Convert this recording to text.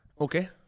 Okay